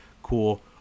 cool